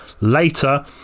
later